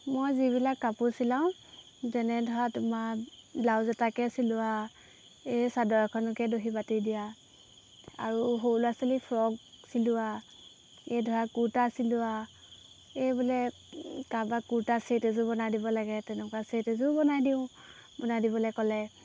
মই যিবিলাক কাপোৰ চিলাওঁ যেনে ধৰা তোমাৰ ব্লাউজ এটাকে চিলোৱা এই চাদৰ এখনকে দহি বাতি দিয়া আৰু সৰু ল'ৰা ছোৱালী ফ্ৰক চিলোৱা এই ধৰা কুৰ্তা চিলোৱা এই বোলে কাৰোবাক কুৰ্তা ছেট এযোৰ বনাই দিব লাগে তেনেকুৱা ছেট এযোৰ বনাই দিওঁ বনাই দিবলৈ ক'লে